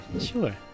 sure